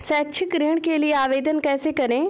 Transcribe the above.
शैक्षिक ऋण के लिए आवेदन कैसे करें?